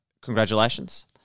Congratulations